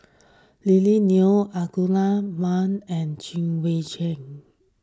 Lily Neo Ahmad Daud and Chwee Chian